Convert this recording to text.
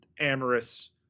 amorous